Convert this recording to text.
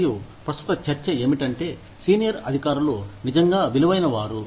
మరియు ప్రస్తుత చర్చ ఏమిటంటే సీనియర్ అధికారులు నిజంగా విలువైన వారు